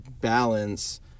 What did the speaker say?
balance